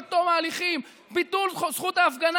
רמסו, זרקו,